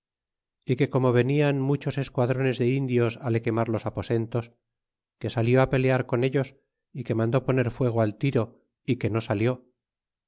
é que como venian muchos esquadrones de indios le quemar los aposentos que salió pelear con ellos é que mandó poner fuego al tiro é que no salió